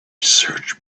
search